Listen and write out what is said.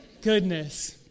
Goodness